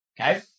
Okay